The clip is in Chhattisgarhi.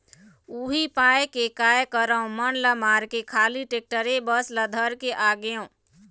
उही पाय के काय करँव मन ल मारके खाली टेक्टरे बस ल धर के आगेंव